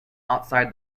outside